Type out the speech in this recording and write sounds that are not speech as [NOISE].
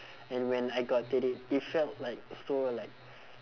[BREATH] and when I gotten it it felt like so like